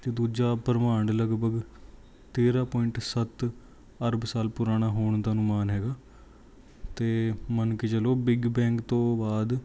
ਅਤੇ ਦੂਜਾ ਬ੍ਰਹਿਮੰਡ ਲਗਭਗ ਤੇਰਾਂ ਪੁਆਇੰਟ ਸੱਤ ਅਰਬ ਸਾਲ ਪੁਰਾਣਾ ਹੋਣ ਦਾ ਅਨੁਮਾਨ ਹੈਗਾ ਅਤੇ ਮੰਨ ਕੇ ਚਲੋ ਬਿਗ ਬੈਂਗ ਤੋਂ ਬਾਅਦ